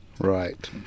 Right